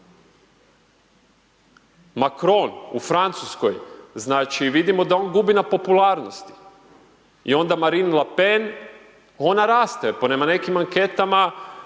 Macron u Francuskoj, znači vidimo da on gubi na popularnosti, i onda Marine Le Pen, ona raste, prema nekim anketama,